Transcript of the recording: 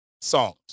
songs